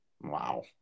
Wow